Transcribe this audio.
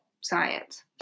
science